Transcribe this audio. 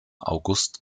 august